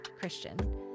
Christian